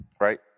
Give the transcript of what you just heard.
right